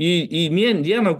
į į mėn dieną